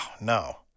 no